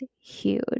huge